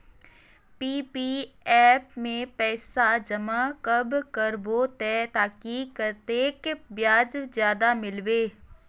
PPF में पैसा जमा कब करबो ते ताकि कतेक ब्याज ज्यादा मिलबे?